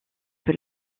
que